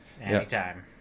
Anytime